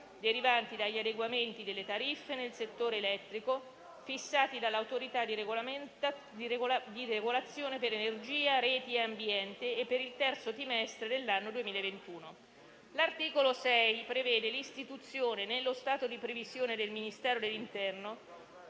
derivanti dagli adeguamenti delle tariffe nel settore elettrico, fissati dall'Autorità di regolazione per energia, reti e ambiente e per il terzo trimestre dell'anno 2021. L'articolo 6 prevede l'istituzione, nello Stato di previsione del Ministero dell'interno,